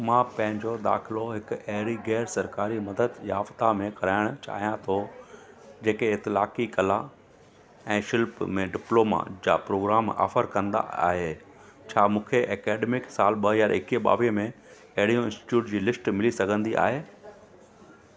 मां पंहिंजो दाख़िलो हिकु अहिड़ी ग़ैरु सरकारी मददु याफ़्ता में कराइणु चाहियां थो जेके इतिलाक़ी कला ऐं शिल्प में डिप्लोमा जा प्रोग्राम ऑफर कंदा आहिनि छा मूंखे ऐकडेमिक साल ॿ हज़ार एकवीह ॿावीह में अहिड़ियुनि इन्स्टिटयूट जी लिस्ट मिली सघंदी आहे